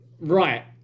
right